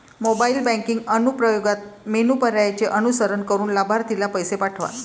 mobile banking अनुप्रयोगात menu पर्यायांचे अनुसरण करून लाभार्थीला पैसे पाठवा